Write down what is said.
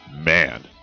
man